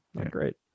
great